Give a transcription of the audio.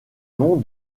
nom